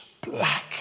black